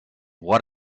what